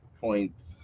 Points